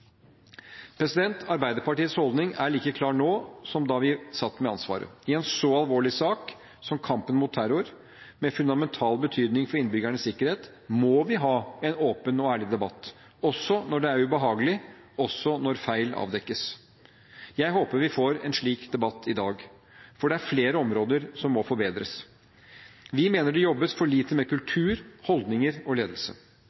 Arbeiderpartiets holdning er like klar nå som da vi satt med ansvaret. I en så alvorlig sak som kampen mot terror, med fundamental betydning for innbyggernes sikkerhet, må vi ha en åpen og ærlig debatt – også når det er ubehagelig, også når feil avdekkes. Jeg håper vi får en slik debatt i dag, for det er flere områder som må forbedres. Vi mener det jobbes for lite med